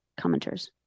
commenters